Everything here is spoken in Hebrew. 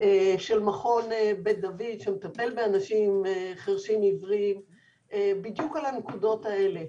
של מכון בית דוד שמטפל באנשים חירשים-עיוורים בדיוק על הנקודות האלה.